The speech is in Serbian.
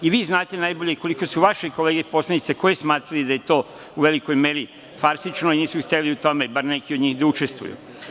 Vi najbolje znate koliko su vaše kolege i poslanici takođe smatrali da je to u velikoj meri farsično i nisu hteli u tome, bar neki od njih da učestvuju.